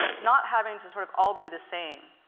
not having to sort of all be the same.